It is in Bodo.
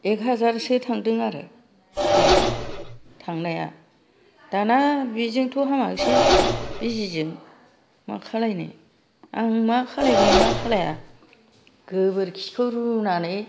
एखहाजारसो थांदों आरो बेयाव थांनाया दाना बेजोंथ' हामाखसै बिजिजों मा खालायनो आं मा खालायगोन मा खालाया गोबोरखिखौ रुनानै